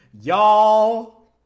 Y'all